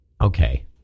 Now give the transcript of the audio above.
Okay